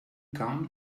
come